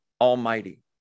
Almighty